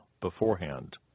beforehand